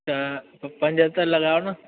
त पंज त लॻायो न